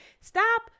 stop